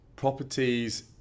Properties